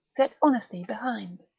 set honesty behind.